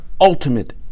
ultimate